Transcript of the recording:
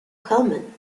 common